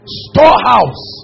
storehouse